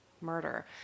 murder